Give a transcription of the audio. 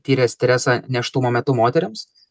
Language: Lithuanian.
tyrė stresą nėštumo metu moterims